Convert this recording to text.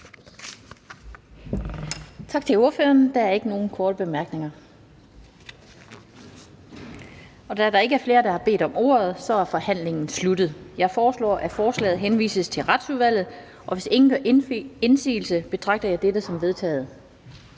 Tak til ordføreren. Der er ikke nogen korte bemærkninger. Da der ikke er flere, der har bedt om ordet, er forhandlingen sluttet. Jeg foreslår, at forslaget henvises til Retsudvalget, og hvis ingen gør indsigelse, betragter jeg dette som vedtaget.